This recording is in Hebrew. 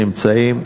נמצאים,